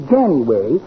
January